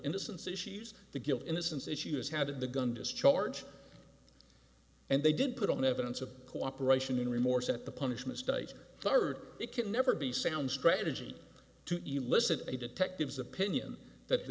innocence issues the guilt innocence issues how did the gun discharge and they did put on evidence of cooperation in remorse at the punishment state third it can never be sound strategy to elicit a detective's opinion that the